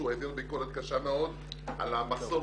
והוא העביר ביקורת קשה מאוד על המחסור